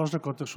שלוש דקות לרשותך.